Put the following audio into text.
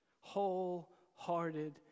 Wholehearted